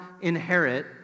inherit